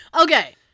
Okay